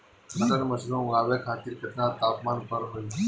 Button mushroom उगावे खातिर केतना तापमान पर होई?